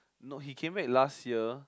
no he came back last year